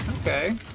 Okay